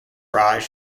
raj